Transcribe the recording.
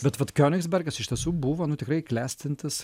bet vat kionigsbergas iš tiesų buvo nu tikrai klestintis